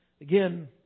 again